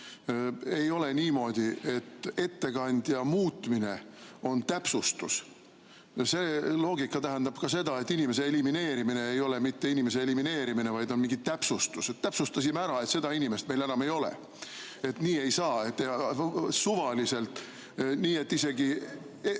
Ei ole niimoodi, et ettekandja muutmine on täpsustus. See loogika tähendab ka seda, et inimese elimineerimine ei ole mitte inimese elimineerimine, vaid on mingi täpsustus – täpsustasime ära, et seda inimest meil enam ei ole. Ei saa teha suvaliselt nii, et isegi